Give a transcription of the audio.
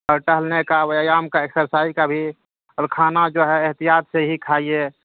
اور ٹہلنے کا ویایام کا اکسرسائز کا بھی اور کھانا جو ہے احتیاط سے ہی کھائیے